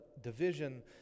division